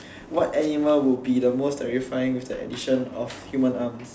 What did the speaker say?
what animal would be the most terrifying with the addition of human arms